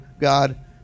God